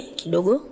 kidogo